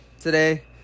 today